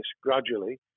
gradually